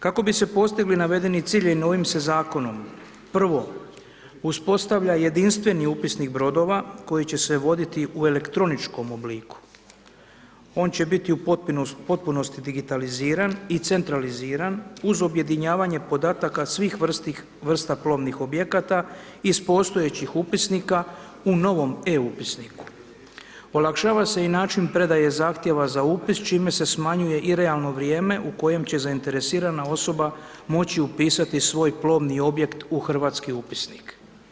Kako bi se postigli navedeni ciljevi novim se zakonom, prvo uspostavlja jedinstveni upisnik brodova koji će se voditi u elektroničkom obliku, on će biti u potpunosti digitaliziran i centraliziran uz objedinjavanje podataka svih vrsta plovnih objekata iz postojećih upisnika u novom e-upisniku, olakšava se i način predaje zahtjeva za upis čime se smanjuje i realno vrijeme u kojem će zainteresirana osoba moći upisati svoj plovni objekt u hrvatske upisnike.